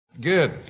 Good